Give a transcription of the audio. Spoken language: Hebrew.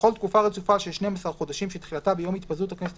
בכל תקופה רצופה של שנים עשר חודשים שתחילתה ביום התפזרות הכנסת